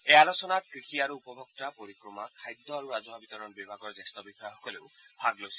এই আলোচনাত কৃষি আৰু উপভোক্তা পৰিক্ৰমা খাদ্য আৰু ৰাজহুৱা বিতৰণ বিভাগৰ জ্যেঠ বিষয়াসকলেও ভাগ লৈছিল